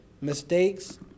mistakes